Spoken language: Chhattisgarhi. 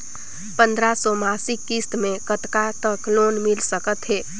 पंद्रह सौ मासिक किस्त मे कतका तक लोन मिल सकत हे?